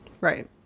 right